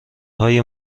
های